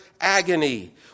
agony